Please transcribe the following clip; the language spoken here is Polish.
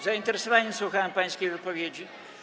Z zainteresowaniem słuchałem pańskiej wypowiedzi.